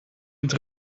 het